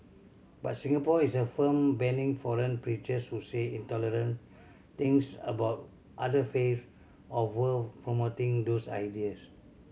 but Singapore is a firm banning foreign preachers who say intolerant things about other faiths or worse promoting those ideas